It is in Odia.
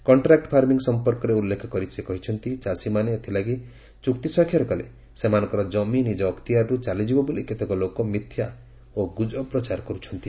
କଣ୍ଟ୍ରାକ୍ଟ ଫାର୍ମିଂ ସମ୍ପର୍କରେ ଉଲ୍ଲେଖ କରି ସେ କହିଛନ୍ତି ଚାଷୀମାନେ ଏଥିଲାଗି ଚୁକ୍ତି ସ୍ୱାକ୍ଷର କଲେ ସେମାନଙ୍କର ଜମି ନିକ ଅକ୍ତିଆରରୁ ଚାଲିଯିବ ବୋଲି କେତେକ ଲୋକ ମିଥ୍ୟା ଓ ଗୁଜବ ପ୍ରଚାର କର୍ ଚ୍ଚନ୍ତି